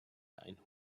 ein